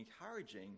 encouraging